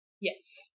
Yes